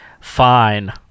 Fine